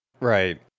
Right